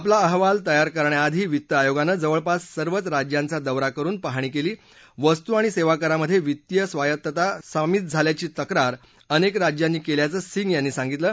आपला अहवाल तयार करण्याआधी वित्त आयोगानं जवळपास सर्वच राज्यांचा दौरा करुन पाहणी केली वस्तू आणि सेवा करामधे वित्तीय स्वायत्तता समित झाल्याची तक्रार अनेक राज्यांनी केल्याचं सिंग यांनी सांगितलं